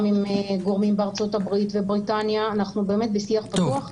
גם עם גורמים בארה"ב ובריטניה אנחנו באמת בשיח פתוח.